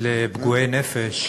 לפגועי נפש,